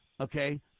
Okay